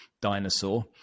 dinosaur